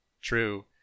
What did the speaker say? true